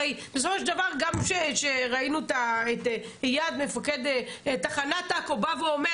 הרי בסופו של דבר גם כשראינו את איעד מפקד תחנת עכו בא ואומר